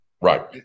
Right